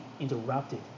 interrupted